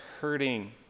hurting